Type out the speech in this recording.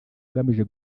agamije